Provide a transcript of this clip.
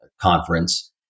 conference